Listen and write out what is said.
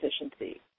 efficiency